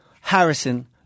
Harrison